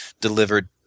delivered